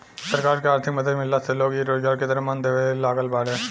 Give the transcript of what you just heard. सरकार से आर्थिक मदद मिलला से लोग इ रोजगार के तरफ मन देबे लागल बाड़ें